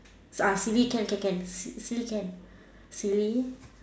uh silly can can can silly can silly